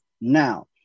Now